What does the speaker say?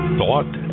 thought